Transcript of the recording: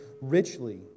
richly